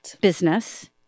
business